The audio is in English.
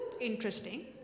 interesting